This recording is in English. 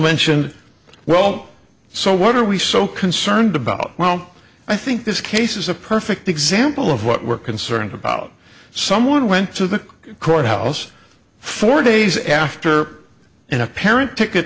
mentioned well so what are we so concerned about well i think this case is a perfect example of what we're concerned about someone went to the courthouse four days after an apparent ticket